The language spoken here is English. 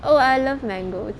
oh I love mangoes